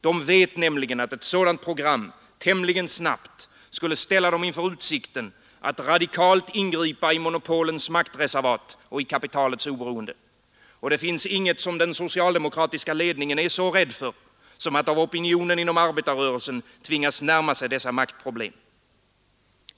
Den vet nämligen att ett sådant program tämligen snabbt skulle ställa den inför utsikten att radikalt ingripa i monopolens maktreservat och i kapitalets oberoende. Det finns inget som den socialdemokratiska ledningen är så rädd för som att av opinionen inom arbetarrörelsen tvingas närma sig dessa maktproblem.